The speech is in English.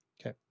Okay